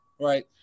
Right